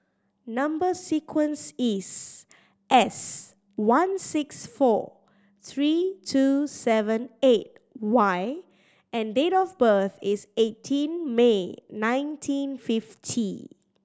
number sequence is S one six four three two seven eight Y and date of birth is eighteen May nineteen fifty